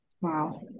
Wow